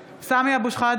(קוראת בשמות חברי הכנסת) סמי אבו שחאדה,